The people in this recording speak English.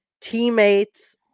teammates